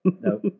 No